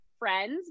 friends